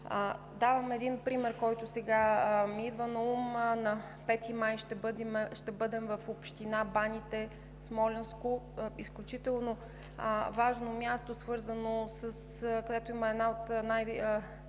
Давам един пример, който сега ми идва наум. На 5 май ще бъдем в община Баните – Смолянско, изключително важно място, където има една от най-добрите